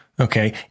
okay